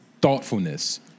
thoughtfulness